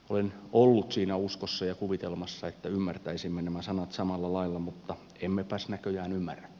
olen ollut siinä uskossa ja kuvitelmassa että ymmärtäisimme nämä sanat samalla lailla mutta emmepäs näköjään ymmärräkään